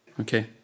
Okay